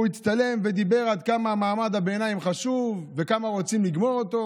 הוא הצטלם ואמר עד כמה מעמד הביניים חשוב וכמה רוצים לגמור אותו.